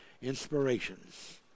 inspirations